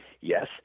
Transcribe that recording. yes